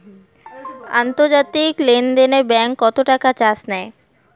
আন্তর্জাতিক লেনদেনে ব্যাংক কত টাকা চার্জ নেয়?